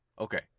Okay